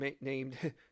Named